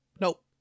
Nope